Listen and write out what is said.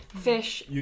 Fish